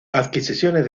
adquisiciones